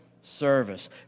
service